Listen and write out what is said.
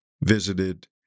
visited